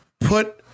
put